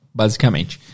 basicamente